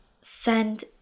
send